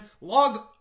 log